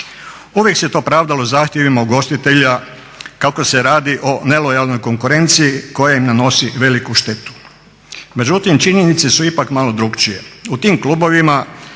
Uvijek se to pravdalo zahtjevima ugostitelja kako se radi o nelojalnoj konkurenciji koja im nanosi veliku štetu, međutim činjenice su ipak malo drukčije.